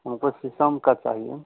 हमको शीशम का चाहिए